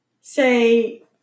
say